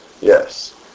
Yes